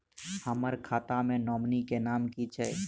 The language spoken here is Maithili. हम्मर खाता मे नॉमनी केँ नाम की छैय